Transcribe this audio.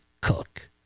cook